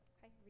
Okay